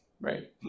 right